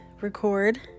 record